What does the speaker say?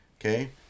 okay